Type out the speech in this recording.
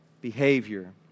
behavior